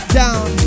down